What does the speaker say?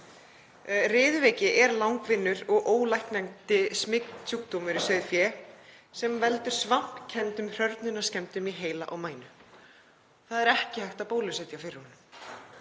Riðuveiki er langvinnur og ólæknandi smitsjúkdómur í sauðfé sem veldur svampkenndum hrörnunarskemmdum í heila og mænu. Það er ekki hægt að bólusetja fyrir honum